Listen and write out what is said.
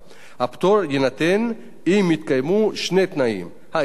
הפטור יינתן אם התקיימו שני תנאים: האחד,